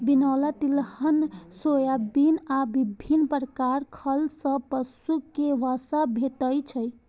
बिनौला, तिलहन, सोयाबिन आ विभिन्न प्रकार खल सं पशु कें वसा भेटै छै